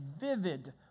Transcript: vivid